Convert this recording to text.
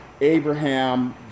Abraham